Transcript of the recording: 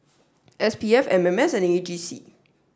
SPF MMS and AGC